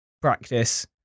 practice